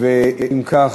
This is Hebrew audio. אם כך,